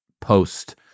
post